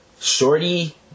Shorty